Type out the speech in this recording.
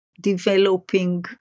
developing